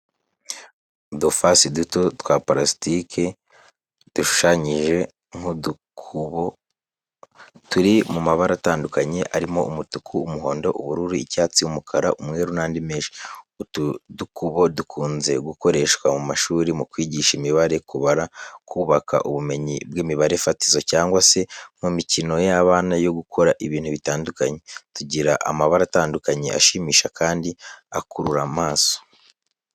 Udufasi duto twa parastiki dushushanyije nk’udukubo, turi mu mabara atandukanye arimo umutuku, umuhondo, ubururu, icyatsi, umukara, umweru n’andi menshi. Utu dukubo dukunze gukoreshwa mu mashuri mu kwigisha imibare, kubara, kubaka ubumenyi bw’imibare fatizo cyangwa se mu mikino y’abana yo gukora ibintu bitandukanye. Tugira amabara atandukanye ashimisha kandi akurura amaso.